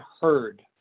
heard